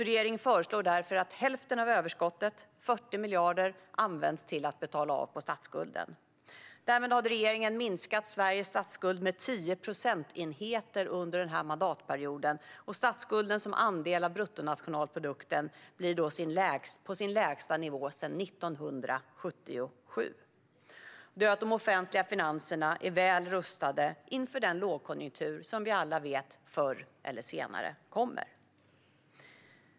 Regeringen föreslår därför att hälften av överskottet, 40 miljarder, används till att betala av på statsskulden. Därmed skulle regeringen ha minskat Sveriges statsskuld med 10 procentenheter under mandatperioden, och statsskulden som andel av bruttonationalprodukten skulle då vara på den lägsta nivån sedan 1977. Det gör att de offentliga finanserna är väl rustade inför den lågkonjunktur som vi alla vet förr eller senare kommer.